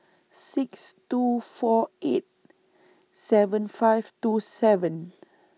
six two four eight seven five two seven